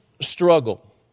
struggle